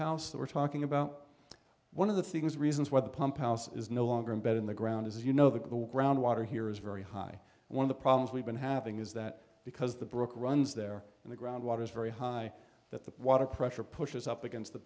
that we're talking about one of the things reasons why the pump is no longer in bed in the ground is you know the ground water here is very high one of the problems we've been having is that because the brook runs there and the groundwater is very high that the water pressure pushes up against the